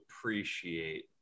appreciate